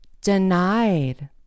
denied